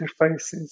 interfaces